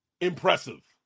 Impressive